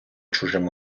чужим